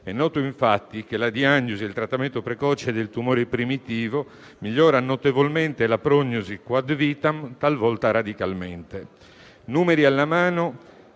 È noto, infatti, che la diagnosi e il trattamento precoce del tumore primitivo migliorano notevolmente la prognosi *quoad vitam* talvolta radicalmente. Numeri alla mano,